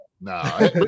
Nah